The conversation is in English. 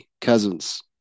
Cousins